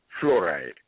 fluoride